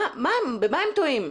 במה הם טועים?